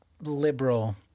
liberal